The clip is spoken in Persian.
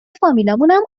فامیلامونم